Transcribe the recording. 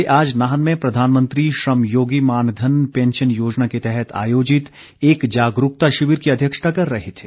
वे आज नाहन में प्रधानमंत्री श्रम योगी मानधन पैंशन योजना के तहत आयोजित एक जागरूकता शिविर की अध्यक्षता कर रहे थे